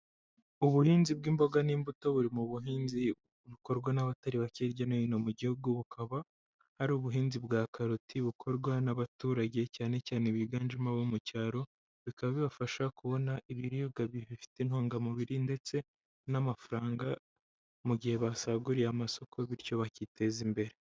Ubuhinzi bw'imboga n'imbuto buri mu buhinzi bukorwa n'abatari bake hirya no hino mu gihugu, bukaba ari ubuhinzi bwa karoti bukorwa n'abaturage cyane cyane biganjemo abo mu cyaro, bikaba bibafasha kubona ibiribwa bifite intungamubiri ndetse n'amafaranga mu gihe basaguriye amasoko, bityo bakiteza imbere.